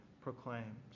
proclaimed